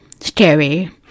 scary